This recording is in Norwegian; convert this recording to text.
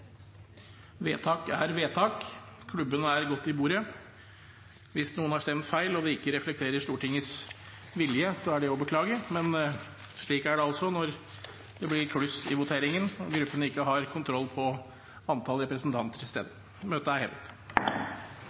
Vedtak er vedtak, klubben er gått i bordet. Hvis noen har stemt feil og det ikke reflekterer Stortingets vilje, er det å beklage, men slik er det altså når det blir kluss i voteringen og gruppene ikke har kontroll på antall representanter til stede. – Møtet er hevet.